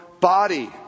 body